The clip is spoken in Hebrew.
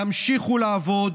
ימשיכו לעבוד.